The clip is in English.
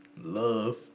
love